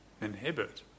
inhibit